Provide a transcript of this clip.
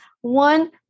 One